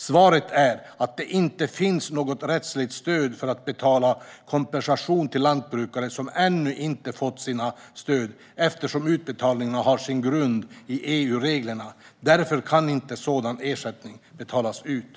Svaret är att det inte finns något rättsligt stöd för att betala kompensation till lantbrukare som ännu inte har fått sina stöd eftersom utbetalningarna har sin grund i EU-reglerna. Därför kan ingen sådan ersättning betalas ut.